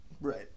Right